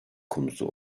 konusu